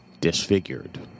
disfigured